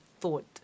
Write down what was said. thought